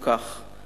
האלה.